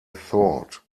thought